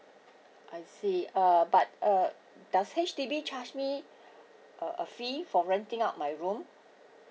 I see uh but uh does H_D_B charge me uh a fee for renting out my room